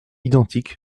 identique